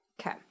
okay